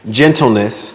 gentleness